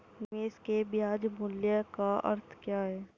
निवेश के ब्याज मूल्य का अर्थ क्या है?